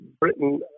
Britain